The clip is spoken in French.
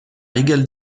égale